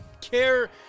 care